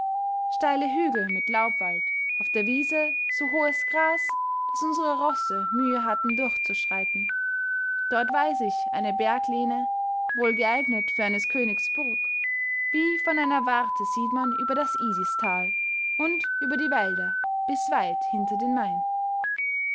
steile hügel mit laubwald auf der wiese so hohes gras daß unsere rosse mühe hatten durchzuschreiten dort weiß ich eine berglehne wohl geeignet für eines königs burg wie von einer warte sieht man über das idistal und über die wälder bis weit hinter den main